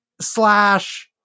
slash